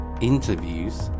interviews